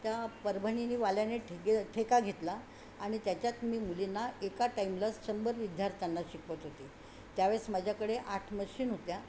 त्या परभनी नी वाल्याने ठे ठेका घेतला आणि त्याच्यात मी मुलींना एका टाईमला शंभर विद्यार्थ्यांना शिकवत होती त्यावेळेस माझ्याकडे आठ मशीन होत्या